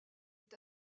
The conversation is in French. est